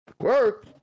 work